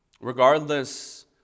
Regardless